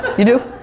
you do?